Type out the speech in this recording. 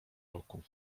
roku